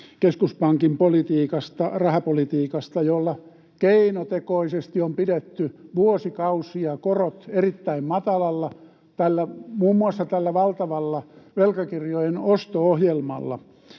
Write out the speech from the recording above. keskuspankin rahapolitiikasta, jolla keinotekoisesti on pidetty vuosikausia korot erittäin matalalla muun muassa tällä valtavalla velkakirjojen osto-ohjelmalla.